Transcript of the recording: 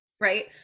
Right